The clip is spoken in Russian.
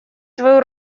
свою